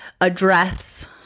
address